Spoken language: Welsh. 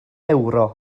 ewro